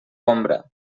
ombra